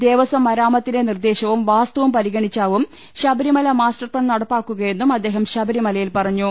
ദേവസ്വം മരാമത്തിന്റെ നിർദേശവും വാസ്തുവും പരിഗണിച്ചാവും ശബരിമല മാസ്റ്റർപ്പാൻ നടപ്പാക്കുകയെന്നും അദ്ദേഹം ശബരിമല യിൽ പറഞ്ഞു